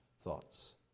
thoughts